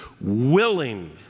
willing